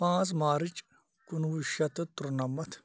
پانٛژھ مارٕچ کُنوُہ شیٚتھ تہٕ ترٛنَمَتھ